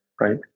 right